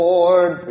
Lord